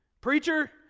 Preacher